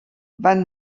van